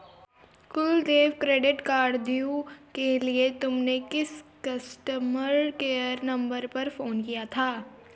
कुल देय क्रेडिट कार्डव्यू के लिए तुमने किस कस्टमर केयर नंबर पर फोन किया था?